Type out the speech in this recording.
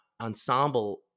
ensemble